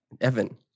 Evan